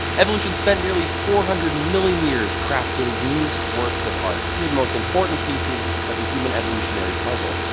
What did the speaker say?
evolution spent nearly four hundred million years crafting these works of art, two of the most important pieces of the human evolutionary puzzle.